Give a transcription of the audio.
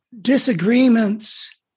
disagreements